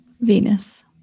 Venus